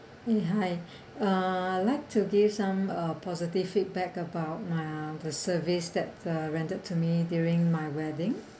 eh hi uh like to give some uh positive feedback about my the service that uh rendered to me during my wedding